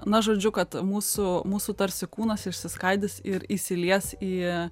na žodžiu kad mūsų mūsų tarsi kūnas išsiskaidys ir įsilies į